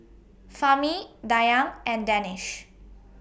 Fahmi Dayang and Danish